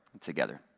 together